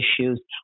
issues